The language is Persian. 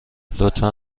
لطفا